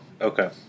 Okay